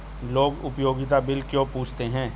लोग उपयोगिता बिल क्यों पूछते हैं?